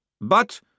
But